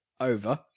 over